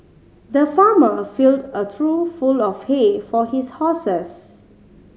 the farmer filled a trough full of hay for his horses